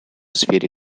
сфере